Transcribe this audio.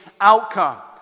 outcome